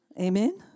Amen